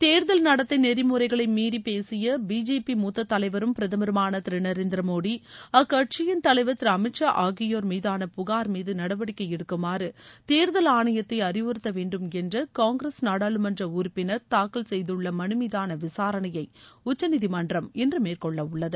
தேர்தல் நடத்தை நெறிமுறைகளை மீறி பேசிய பிஜேபி மூத்த தலைவரும் பிரதமருமான திரு நரேந்திர மோடி அக்கட்சியின் தலைவர் திரு அமீத் ஷா ஆகியோர் மீதான புகார் மீது நடவடிக்கை எடுக்குமாறு தேர்தல் ஆணையத்தை அறிவுறுத்த வேண்டுமென்ற காங்கிரஸ் நாடாளுமன்ற உறப்பினர் தாக்கல் செய்துள்ள மனு மீதான விசாரணையை உச்சநீதிமன்றம் இன்று மேற்கொள்ள உள்ளது